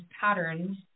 patterns